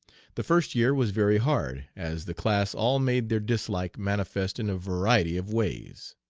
the first year was very hard, as the class all made their dislike manifest in a variety of ways.